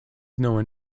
known